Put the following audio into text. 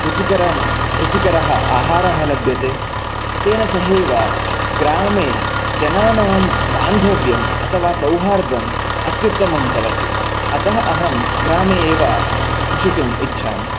रूचिकरं रुचिकरः आहारः लभ्य ते तेन सहैव ग्रामे जनानां बान्धव्यम् अथवा सौहार्दम् अत्युत्तमं भवति अतः अहं ग्रामे एव उषितुम् इच्छामि